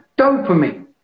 dopamine